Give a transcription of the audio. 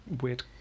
weird